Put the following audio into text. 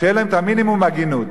שיהיה להם מינימום הגינות.